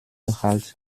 halt